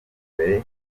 mbere